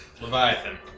Leviathan